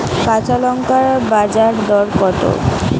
কাঁচা লঙ্কার বাজার দর কত?